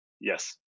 Yes